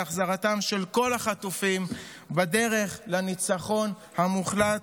להחזרתם של כל החטופים בדרך לניצחון המוחלט,